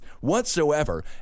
whatsoever